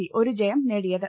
C ഒരു ജയം നേടിയത്